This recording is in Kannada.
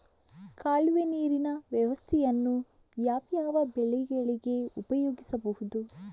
ಕಾಲುವೆ ನೀರಿನ ವ್ಯವಸ್ಥೆಯನ್ನು ಯಾವ್ಯಾವ ಬೆಳೆಗಳಿಗೆ ಉಪಯೋಗಿಸಬಹುದು?